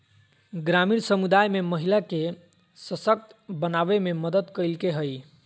ग्रामीण समुदाय में महिला के सशक्त बनावे में मदद कइलके हइ